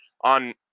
on